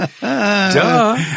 Duh